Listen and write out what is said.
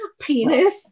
penis